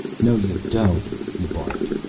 no, you don't! he barked.